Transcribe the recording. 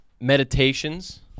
Meditations